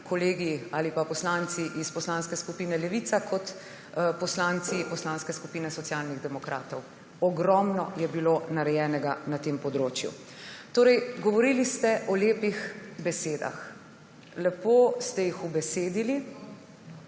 kolegi ali pa poslanci iz Poslanske skupine Levica in poslanci Poslanske skupine Socialnih demokratov. Ogromno je bilo narejenega na tem področju. Torej govorili ste o lepih besedah. Lepo ste jih ubesedili,